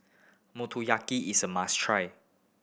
motoyaki is a must try